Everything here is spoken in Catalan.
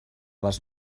les